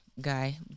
guy